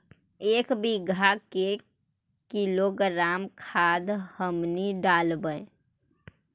एक बीघा मे के किलोग्राम खाद हमनि डालबाय?